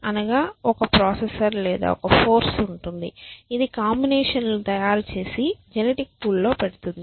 అనగా ఒక ప్రాసెసర్ లేదా ఒక ఫోర్స్ ఉంటుంది ఇది కాంబినేషన్ లను తయారుచేసి జెనెటిక్ పూల్ లో పెడుతుంది